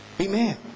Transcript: Amen